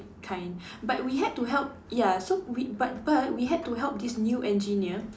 kind but we had to help ya so we but but we had to help this new engineer